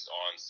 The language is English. on